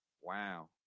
Wow